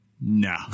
No